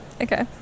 okay